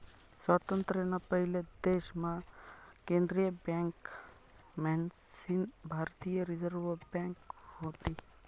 स्वातंत्र्य ना पयले देश मा केंद्रीय बँक मन्हीसन भारतीय रिझर्व बँक व्हती